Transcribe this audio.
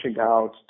out